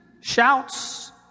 shouts